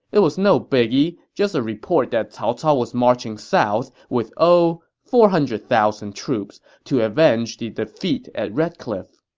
it was no biggie. just a report that cao cao was marching south with, oh, four hundred thousand troops to avenge the defeat at red cliff.